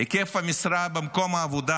היקף המשרה במקום העבודה